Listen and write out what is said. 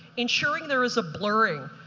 ensuring there is a blurring,